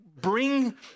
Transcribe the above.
bring